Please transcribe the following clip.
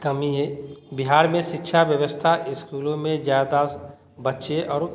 कमी है बिहार में शिक्षा व्यवस्था स्कूलों में ज़्यादा बच्चे और